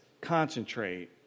concentrate